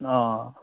অঁ